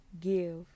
give